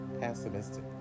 pessimistic